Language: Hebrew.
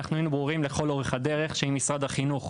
אנחנו היינו ברורים לאורך כל הדרך שמשרד החינוך,